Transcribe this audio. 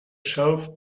shelf